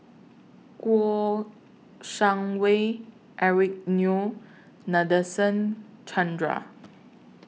Kouo Shang Wei Eric Neo Nadasen Chandra